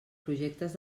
projectes